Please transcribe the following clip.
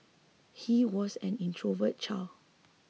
he was an introverted child